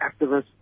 activists